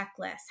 checklist